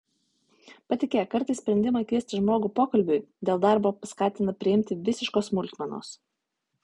patikėk kartais sprendimą kviesti žmogų pokalbiui dėl darbo paskatina priimti visiškos smulkmenos